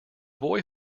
boy